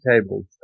tables